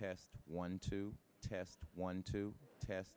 test one to test one to test